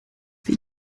wie